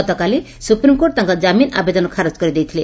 ଗତକାଲି ସୁପ୍ରିମକୋର୍ଟ ତାଙ୍କ କାମିନ ଆବେଦନ ଖାରଜ୍ କରିଦେଇଥିଲେ